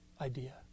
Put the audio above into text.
idea